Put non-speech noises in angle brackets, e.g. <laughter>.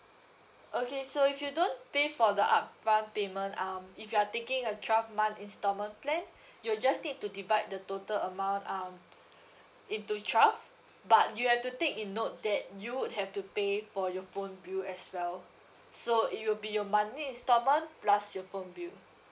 okay so if you don't pay for the upfront payment um if you are taking a twelve month installment plan <breath> you just need to divide the total amount um into twelve but you have to take in note that you would have to pay for your phone bill as well so it will be your monthly installment plus your phone bill